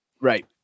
right